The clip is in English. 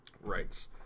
Right